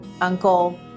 uncle